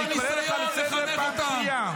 אני קורא לך לסדר פעם ראשונה.